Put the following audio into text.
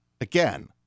again